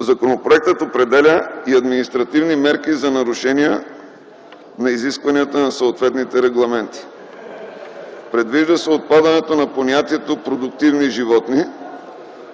Законопроектът определя и административни мерки за нарушения на изискванията на съответните регламенти. Предвижда се отпадането на понятието „Продуктивни животни”